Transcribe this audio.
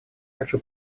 хочу